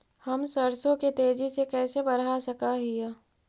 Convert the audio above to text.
हम सरसों के तेजी से कैसे बढ़ा सक हिय?